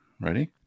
ready